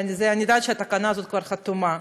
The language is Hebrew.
אני יודעת שהתקנה הזאת כבר חתומה.